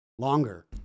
Longer